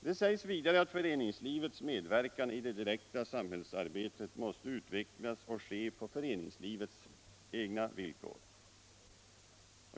Det sägs vidare att föreningslivets medverkan i det direkta samhällsarbetet måste utvecklas och ske på föreningslivets egna villkor.